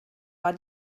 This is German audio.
war